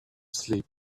sleep